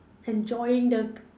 enjoying the